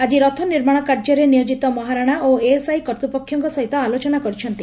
ଆକି ରଥ ନିର୍ମାଶ କାର୍ଯ୍ୟରେ ନିୟୋକିତ ମହାରଣା ଓ ଏଏସଆଇ କର୍ତ୍ତୁପକ୍ଷଙ୍କ ସହିତ ଆଲୋଚନା କରିଛନ୍ତି